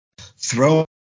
throw